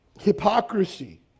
Hypocrisy